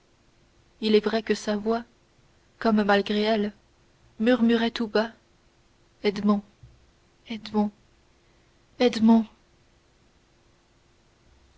il est vrai que sa voix comme malgré elle murmurait tout bas